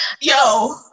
yo